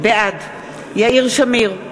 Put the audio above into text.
בעד יאיר שמיר,